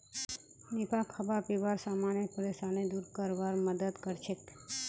निफा खाबा पीबार समानेर परेशानी दूर करवार मदद करछेक